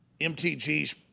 MTG's